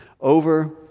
over